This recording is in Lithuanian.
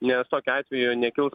nes tokiu atveju nekils